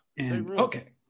Okay